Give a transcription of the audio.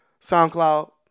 SoundCloud